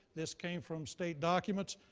this came from state documents.